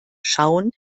schauen